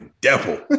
devil